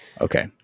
Okay